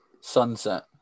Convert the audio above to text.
sunset